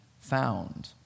found